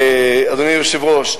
אדוני היושב-ראש,